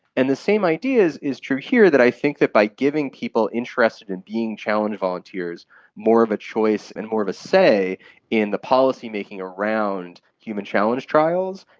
and the same idea is is true here, that i think that by giving people interested in being challenge volunteers more of a choice and more of a say in the policy-making around human challenge trials,